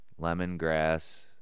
lemongrass